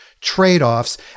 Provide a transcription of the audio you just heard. trade-offs